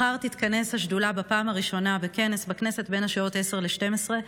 מחר תתכנס השדולה בפעם הראשונה בכנס בכנסת בין השעות 10:00 ו-12:00.